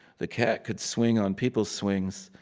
the cat could swing on people swings,